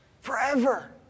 forever